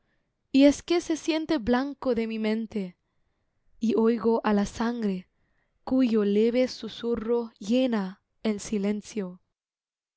y es que se siente blanco de mi mente y oigo á la sangre cuyo leve susurro llena el silencio